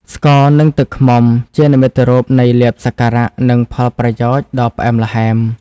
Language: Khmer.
ស្ករ និងទឹកឃ្មុំ ជានិមិត្តរូបនៃលាភសក្ការៈ និងផលប្រយោជន៍ដ៏ផ្អែមល្ហែម។